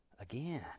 again